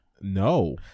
no